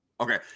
Okay